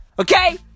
Okay